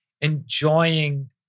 enjoying